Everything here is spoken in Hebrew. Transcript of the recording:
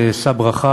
שא ברכה,